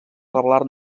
revelar